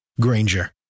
Granger